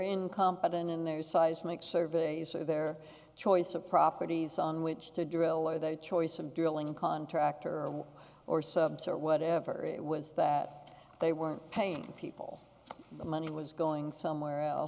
incompetent in their seismic surveys or their choice of properties on which to drill or their choice of drilling contractor or subs or whatever it was that they were paying people the money was going somewhere